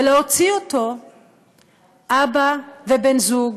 להוציא אותו אבא ובן זוג